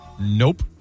Nope